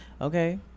okay